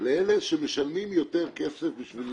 לאלה שמשלמים יותר כסף בשביל